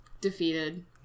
defeated